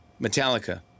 Metallica